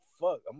Fuck